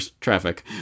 traffic